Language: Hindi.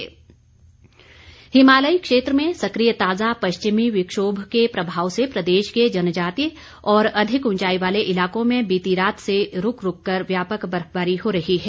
मौसम हिमालयी क्षेत्र में सक्रिय ताजा पश्चिमी विक्षोभ के प्रभाव से प्रदेश के जनजातीय और अधिक उंचाई वाले इलाकों में बीती रात से रूक रूक कर व्यापक बर्फबारी हो रही है